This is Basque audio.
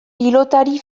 pilotari